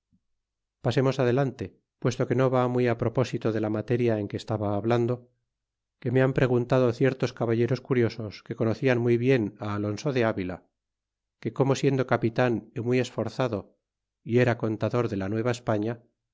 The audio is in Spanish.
pasemos adelante puesto que no va muy propósito de la materia en que estaba hablando que me han preguntado ciertos caballeros curiosos que conocian muy bien alonso de avila que como siendo capitan y muy esforzado y era contador de la